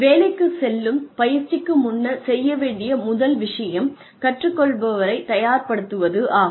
வேலைக்குச் செல்லும் பயிற்சிக்கு முன்னர் செய்ய வேண்டிய முதல் விஷயம் கற்றுக்கொள்பவரை தயார்ப்படுத்துவதாகும்